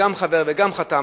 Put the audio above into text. והוא גם חבר וגם חתם,